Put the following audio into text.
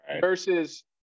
versus